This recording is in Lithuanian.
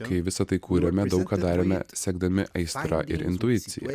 kai visa tai kūrėme daug ką darėme sekdami aistra ir intuicija